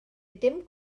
dim